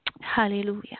Hallelujah